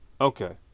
Okay